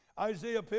Isaiah